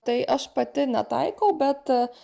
tai aš pati netaikau bet